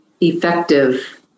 effective